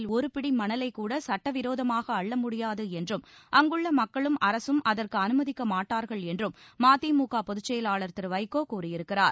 கேரளாவின் ஆறுகளில் உள்ள ஒருபிடி மணலைக் கூட சட்டவிரோதமாக அள்ள முடியாது என்றும் அங்குள்ள மக்களும் அரசும் அதற்கு அனுமதிக்க மாட்டார்கள் என்றும் மதிமுக பொதுச்செயலாளர் திரு வைகோ கூறியிருக்கிறார்